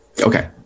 Okay